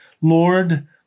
Lord